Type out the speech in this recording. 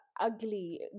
ugly